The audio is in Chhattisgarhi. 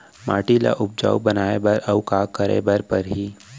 माटी ल उपजाऊ बनाए बर अऊ का करे बर परही?